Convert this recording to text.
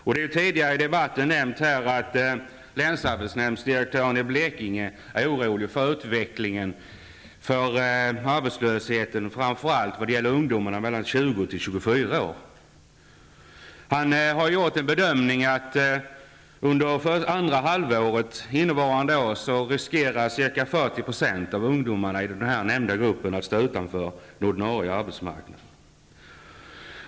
Det har nämnts tidigare i debatten att länsarbetsdirektören i Blekinge är orolig för arbetslöshetens utveckling framför allt vad gäller ungdomarna mellan 20 och 24 år. Han har gjort bedömningen att under andra halvåret innevarande år riskerar ca 40 % av ungdomarna i den nämnda gruppen att stå utanför den ordinarie arbetsmarknaden.